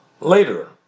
later